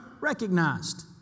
recognized